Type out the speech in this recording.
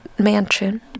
mansion